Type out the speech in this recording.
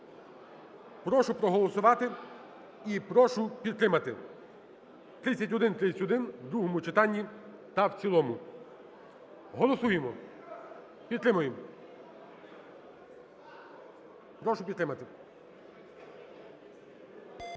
Прошу проголосувати і прошу підтримати 3131 у другому читанні та в цілому. Голосуємо. Підтримуємо. Прошу підтримати.